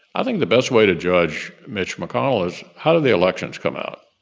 i think the best way to judge mitch mcconnell is, how do the elections come out?